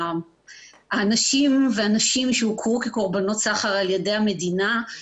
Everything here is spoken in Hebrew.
האנשים והנשים שהוכרו כקורבנות סחר על ידי המדינה.